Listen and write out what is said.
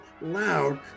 loud